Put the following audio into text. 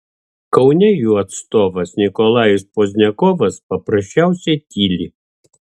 kaune jų atstovas nikolajus pozdniakovas paprasčiausiai tyli